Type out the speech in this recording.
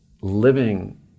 living